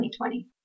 2020